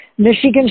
Michigan